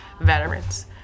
veterans